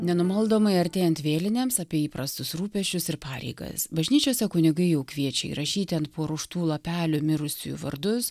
nenumaldomai artėjant vėlinėms įprastus rūpesčius ir pareigas bažnyčiose kunigai jau kviečia įrašyti ant paruoštų lapelių mirusiųjų vardus